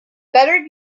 better